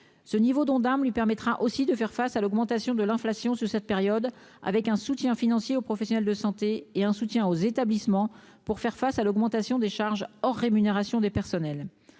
ce niveau dont armes lui permettra aussi de faire face à l'augmentation de l'inflation sur cette période avec un soutien financier aux professionnels de santé et un soutien aux établissements pour faire face à l'augmentation des charges hors rémunération des personnels,